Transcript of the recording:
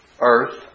earth